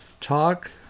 talk